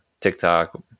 TikTok